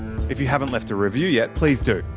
if you haven't left a review yet, please do.